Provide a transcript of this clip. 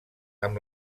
amb